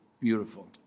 Beautiful